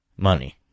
money